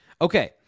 Okay